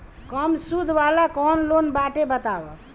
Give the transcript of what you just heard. कम सूद वाला कौन लोन बाटे बताव?